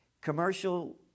commercial